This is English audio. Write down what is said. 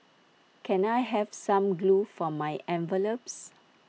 can I have some glue for my envelopes